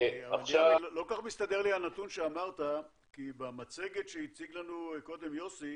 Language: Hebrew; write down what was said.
לא כל כך מסתדר לי הנתון שאמרת כי במצגת שהציג לנו קודם יוסי